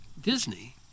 Disney